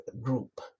group